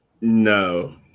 No